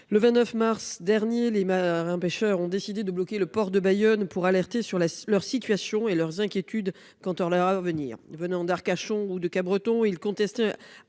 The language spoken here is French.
Le 29 mars dernier, les marins-pêcheurs ont décidé de bloquer le port de Bayonne pour alerter sur la leur situation et leurs inquiétudes quant à la à venir, venant d'Arcachon ou de Cap-Breton il. A raison.